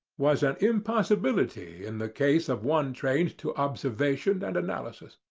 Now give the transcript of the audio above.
was an impossibility in the case of one trained to observation and analysis.